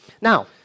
Now